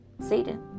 Satan